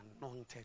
anointed